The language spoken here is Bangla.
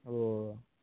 ও